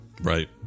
Right